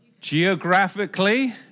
geographically